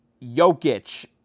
Jokic